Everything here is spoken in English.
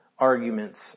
arguments